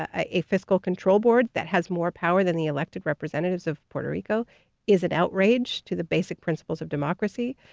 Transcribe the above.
a fiscal control board that has more power than the elected representatives of puerto rico is an outrage to the basic principles of democracy.